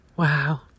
Wow